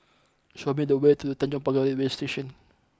show me the way to Tanjong Pagar Railway Station